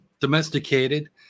domesticated